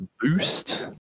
Boost